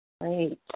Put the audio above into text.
Great